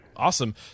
Awesome